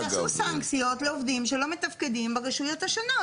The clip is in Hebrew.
אז תעשו סנקציות לעובדים שלא מתפקדים ברשויות השונות.